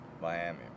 Miami